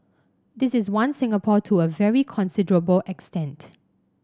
this is one Singapore to a very considerable extent